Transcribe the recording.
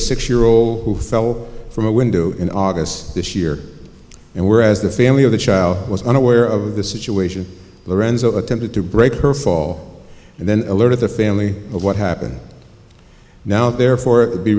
a six year old who fell from a window in august this year and were as the family of the child was unaware of the situation lorenzo attempted to break her fall and then alerted the family of what happened now therefore it